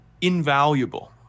invaluable